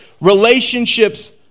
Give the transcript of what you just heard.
relationships